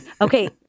Okay